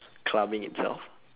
clubbing itself